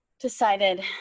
decided